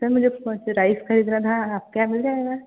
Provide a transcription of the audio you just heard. sir मुझे rice खरीदना था आपके यहाँ मिल जाएगा